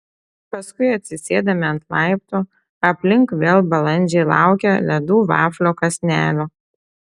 paskui atsisėdame ant laiptų aplink vėl balandžiai laukia ledų vaflio kąsnelio